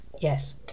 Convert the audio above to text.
Yes